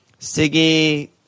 Siggy